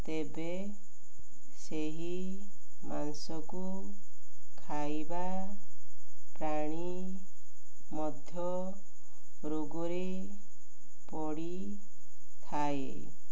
ତେବେ ସେହି ମାଂସକୁ ଖାଇବା ପ୍ରାଣୀ ମଧ୍ୟ ରୋଗରେ ପଡ଼ିଥାଏ